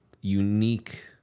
unique